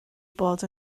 bod